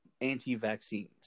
Anti-vaccines